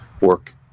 work